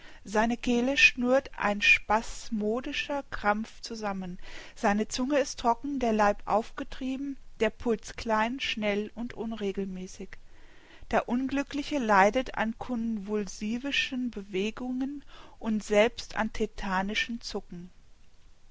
seine kehle schnürt ein spasmodischer krampf zusammen seine zunge ist trocken der leib aufgetrieben der puls klein schnell und unregelmäßig der unglückliche leidet an convulsivischen bewegungen und selbst an tetanischem zucken